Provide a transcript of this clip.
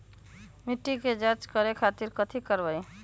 मिट्टी के जाँच करे खातिर कैथी करवाई?